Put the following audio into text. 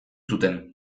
zuten